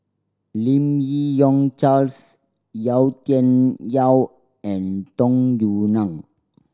Lim Yi Yong Charles Yau Tian Yau and Tung Yue Nang